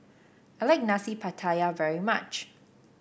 I like Nasi Pattaya very much